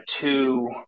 two –